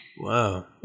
Wow